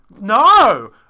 No